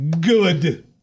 good